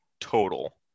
total